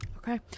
Okay